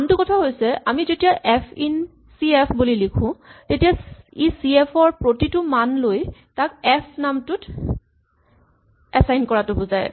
আনটো কথা হৈছে আমি যেতিয়া এফ ইন চি এফ বুলি লিখো তেতিয়া ই চি এফ ৰ প্ৰতিটো মান লৈ তাক এফ নামটোত এচাইন কৰাটো বুজায়